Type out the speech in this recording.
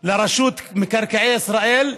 מקרקעי ישראל,